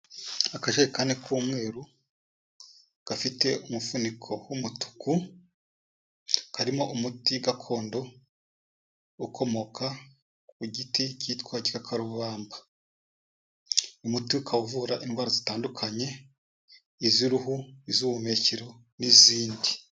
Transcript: Akajekani k'umweru, gafite umufuniko w'umutuku, karimo umuti gakondo ukomoka ku giti cyitwa igikakarubamba, umuti ukaba uvura indwara zitandukanye, iz'uruhu iz'ubuhumekero n'izindi.